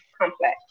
complex